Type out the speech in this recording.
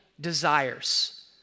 desires